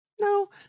No